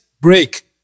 Break